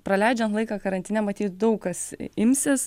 praleidžiant laiką karantine matyt daug kas imsis